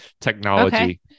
technology